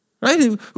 Right